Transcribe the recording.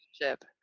relationship